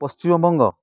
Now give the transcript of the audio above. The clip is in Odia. ପଶ୍ଚିମବଙ୍ଗ